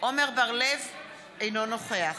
אינו נוכח